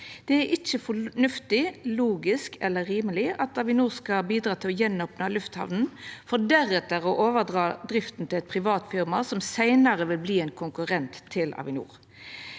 Det er ikkje fornuftig, logisk eller rimeleg at Avinor skal bidra til å gjenopna lufthamna for deretter å overdra drifta til eit privat firma som seinare vil verta ein konkurrent til Avinor.